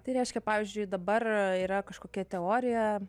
tai reiškia pavyzdžiui dabar yra kažkokia teorija